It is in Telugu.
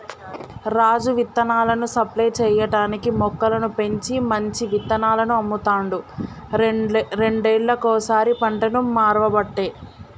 రాజు విత్తనాలను సప్లై చేయటానికీ మొక్కలను పెంచి మంచి విత్తనాలను అమ్ముతాండు రెండేళ్లకోసారి పంటను మార్వబట్టే